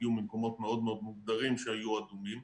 הגיעו ממקומות מאוד מאוד מוגדרים שהיו אדומים.